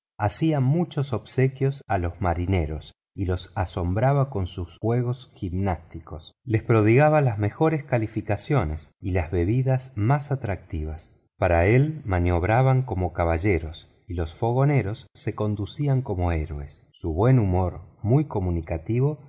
hacía muchos obsequios a los marineros y los asombraba con sus juegos gimnásticos les prodigaba las mejores calificaciones y las bebidas más atractivas para él maniobraban como caballeros y los fogoneros se conducían como héroes su buen humor muy comunicativo